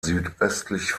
südöstlich